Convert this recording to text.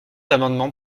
amendement